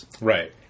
Right